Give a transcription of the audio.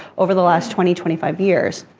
over the last twenty twenty five years.